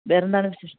വേറെയെന്താണ് വിശേഷം